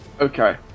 Okay